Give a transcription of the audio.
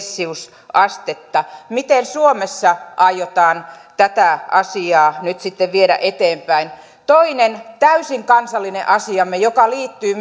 celsiusastetta miten suomessa aiotaan tätä asiaa nyt sitten viedä eteenpäin toinen täysin kansallinen asiamme joka liittyy